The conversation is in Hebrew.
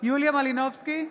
יוליה מלינובסקי,